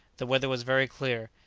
the weather was very clear,